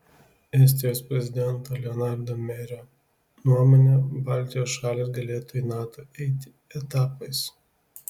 estijos prezidento lenardo merio nuomone baltijos šalys galėtų į nato eiti etapais